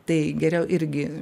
tai geriau irgi